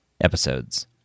episodes